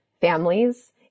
families